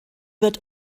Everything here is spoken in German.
wird